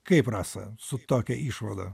kaip rasa su tokia išvada